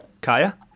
Kaya